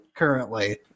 currently